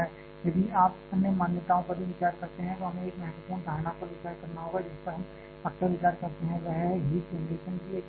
यदि आप अन्य मान्यताओं पर भी विचार करते हैं तो हमें एक महत्वपूर्ण धारणा पर विचार करना होगा जिस पर हम अक्सर विचार करते हैं वह है हीट जनरेशन की एक समान दर